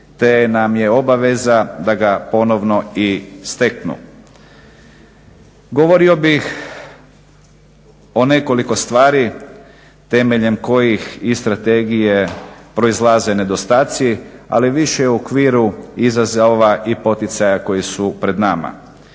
te nam je obaveza da ga ponovno i steknu. Govorio bih o nekoliko stvari temeljem kojih iz strategije proizlaze nedostaci, ali više u okviru izazova i poticaja koji su pred nama.